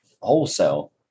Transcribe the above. wholesale